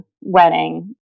wedding